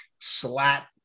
Slat